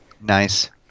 Nice